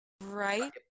Right